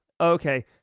Okay